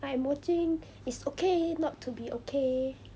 I am watching is okay not to be okay